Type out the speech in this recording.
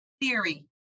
theory